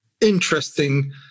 interesting